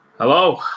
Hello